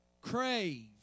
crave